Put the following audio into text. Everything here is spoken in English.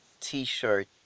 t-shirt